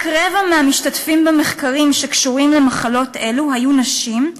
רק רבע מהמשתתפים במחקרים שקשורים למחלות אלו היו נשים,